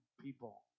people